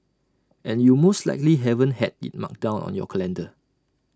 and you most likely haven't had IT marked down on your calendar